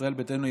ישראל ביתנו,